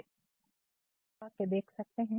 Refer Slide Time 4606 हम यह तो वाक्यों को देख सकते हैं